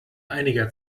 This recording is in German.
einiger